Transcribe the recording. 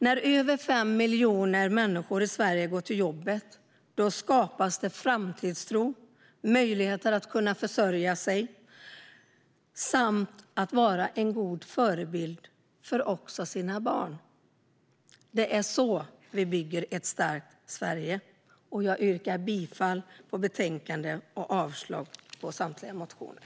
När över 5 miljoner människor i Sverige går till jobbet skapas framtidstro och möjlighet för människor att försörja sig samt vara en god förebild för sina barn. Det är så vi bygger ett starkt Sverige. Jag yrkar bifall till förslaget i betänkandet och avslag på samtliga motioner.